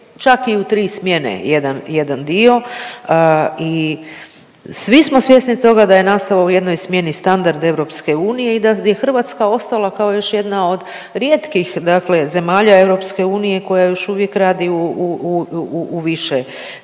čak i u tri smjene jedan, jedan dio i svi smo svjesni toga da je nastava u jednoj smjeni standard EU i da je Hrvatska ostala kao još jedna od rijetkih dakle zemalja EU koja još uvijek radi u više smjena,